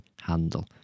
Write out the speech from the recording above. handle